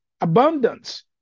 abundance